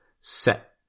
set